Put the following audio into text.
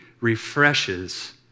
refreshes